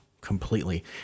completely